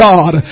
God